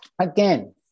again